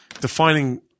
defining